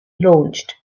launched